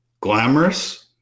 glamorous